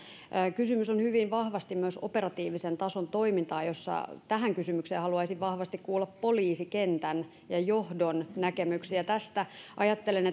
kysymys on hyvin vahvasti myös operatiivisen tason toimintaa ja tähän kysymykseen haluaisin vahvasti kuulla poliisikentän ja johdon näkemyksiä ajattelen